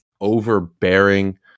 overbearing